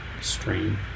stream